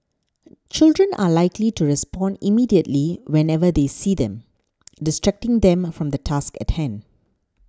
children are likely to respond immediately whenever they see them distracting them from the task at hand